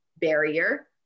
barrier